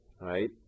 right